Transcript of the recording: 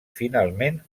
finalment